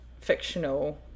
fictional